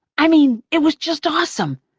i mean, it was just awesome.